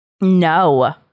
No